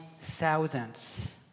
thousands